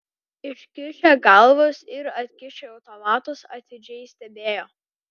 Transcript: iškišę galvas ir atkišę automatus atidžiai stebėjo